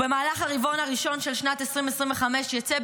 במהלך הרבעון הראשון של שנת 2025 יצא,